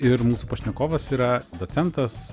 ir mūsų pašnekovas yra docentas